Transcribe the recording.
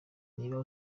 niba